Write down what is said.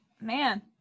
Man